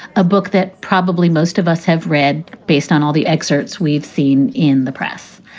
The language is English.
a book that probably most of us have read based on all the excerpts we've seen in the press.